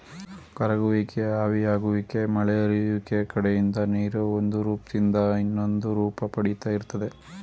ಕರಗುವಿಕೆ ಆವಿಯಾಗುವಿಕೆ ಮಳೆ ಹರಿಯುವಿಕೆ ಕಡೆಯಿಂದ ನೀರು ಒಂದುರೂಪ್ದಿಂದ ಇನ್ನೊಂದುರೂಪ ಪಡಿತಾ ಇರ್ತದೆ